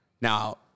Now